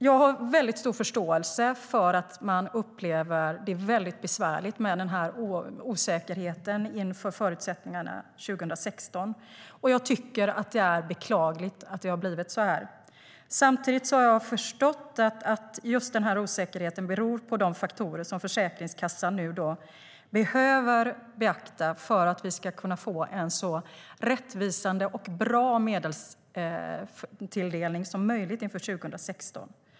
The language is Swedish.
Jag har stor förståelse för att osäkerheten i fråga om förutsättningarna för 2016 upplevs som besvärlig. Det är beklagligt att det har blivit så här. Jag har förstått att osäkerheten beror på de faktorer som Försäkringskassan nu behöver beakta för att vi ska få en så rättvisande och bra medelstilldelning som möjligt inför 2016.